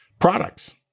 products